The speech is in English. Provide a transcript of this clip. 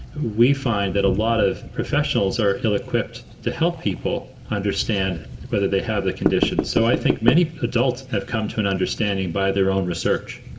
we find that a lot of professionals are ill-equipped to help people understand whether they have the condition. so i think many adults have come to an understanding by their own research.